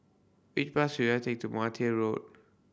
which bus should I take to Martia Road